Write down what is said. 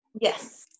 Yes